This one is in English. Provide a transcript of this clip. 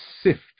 sift